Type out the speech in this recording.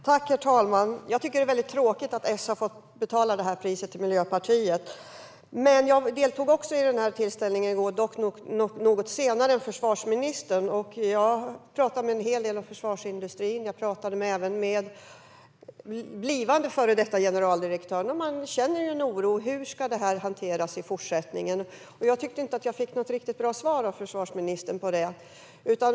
Herr talman! Jag tycker att det är väldigt tråkigt att S har fått betala det här priset till Miljöpartiet. Jag deltog också i tillställningen i går, dock något senare än försvarsministern. Jag talade med företrädare för en hel del av försvarsindustrin. Jag pratade även med blivande före detta generaldirektörer. De känner oro för hur det här ska hanteras i fortsättningen. Jag tyckte inte att jag fick något riktigt bra svar på det av försvarsministern.